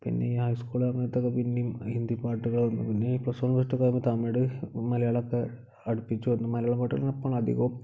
പിന്നെ ഈ ഹൈസ്കൂൾ സമയത്തൊക്കെ പിന്നേയും ഹിന്ദി പാട്ടുകൾ പിന്നെ ഈ പ്ലസ് വൺ പ്ലസ് ടു ഒക്കെ ആയപ്പോൾ തമിഴ് മലയാളമൊക്കെ അടുപ്പിച്ചു വന്നു മലയാളം പാട്ടുകൾ അപ്പോൾ അധികം